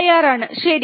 തയ്യാറാണ് ശരി